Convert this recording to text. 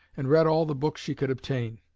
and read all the books she could obtain.